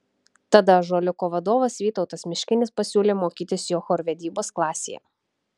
tada ąžuoliuko vadovas vytautas miškinis pasiūlė mokytis jo chorvedybos klasėje